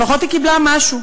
לפחות היא קיבלה משהו.